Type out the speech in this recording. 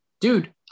dude